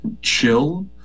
chill